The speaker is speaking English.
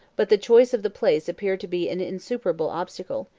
but the choice of the place appeared to be an insuperable obstacle,